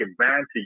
advantage